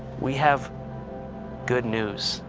we have good news.